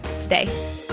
today